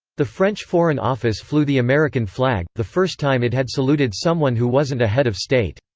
the french foreign office flew the american flag, the first time it had saluted someone who wasn't a head of state.